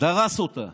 דרס אותה